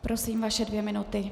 Prosím, vaše dvě minuty.